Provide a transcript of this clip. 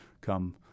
come